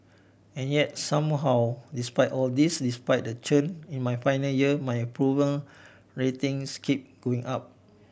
and yet somehow despite all this despite the churn in my final year my approval ratings keep going up